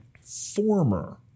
former